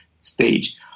stage